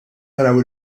taraw